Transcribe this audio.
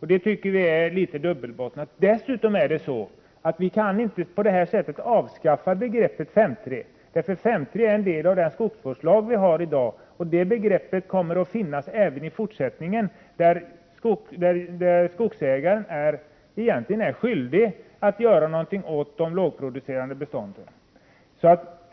Det tycker vi i centern är litet dubbelbottnat. Dessutom kan vi inte på det här sättet avskaffa begreppet 5:3. 5:3 är en del av den skogsvårdslag vi har i dag. Det begreppet kommer därför att finnas även i fortsättningen; enligt den paragrafen är skogsägaren egentligen skyldig att göra någonting åt de lågproducerande bestånden.